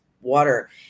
water